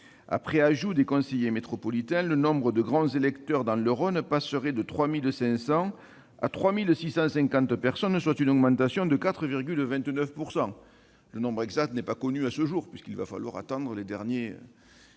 après ajout des conseillers métropolitains, le nombre de grands électeurs dans le Rhône passerait de 3 500 à 3 650 personnes, soit une augmentation de 4,29 %- le nombre exact n'est pas connu à ce jour, car il faut attendre le dernier